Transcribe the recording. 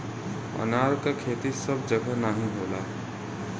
अनार क खेती सब जगह नाहीं होला